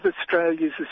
Australia's